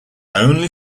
only